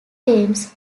james